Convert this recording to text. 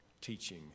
teaching